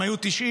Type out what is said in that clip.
אם היו 90,